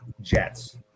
jets